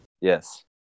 Yes